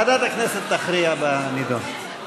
ועדת הכנסת תכריע בנדון.